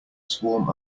swarm